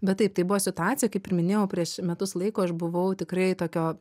bet taip tai buvo situacija kaip ir minėjau prieš metus laiko aš buvau tikrai tokio